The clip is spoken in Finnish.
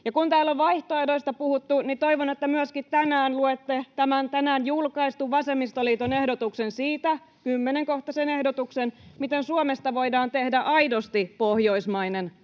kun täällä on vaihtoehdoista puhuttu, niin toivon, että tänään luette myöskin tämän tänään julkaistun vasemmistoliiton 10-kohtaisen ehdotuksen siitä, miten Suomesta voidaan tehdä aidosti pohjoismainen maa.